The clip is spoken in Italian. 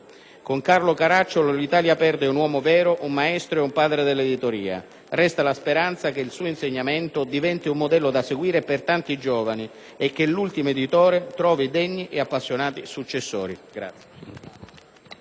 Con Carlo Caracciolo l'Italia perde un uomo vero, un maestro e un padre dell'editoria. Resta la speranza che il suo insegnamento diventi un modello da seguire per tanti giovani e che «l'ultimo Editore» trovi degni e appassionati successori.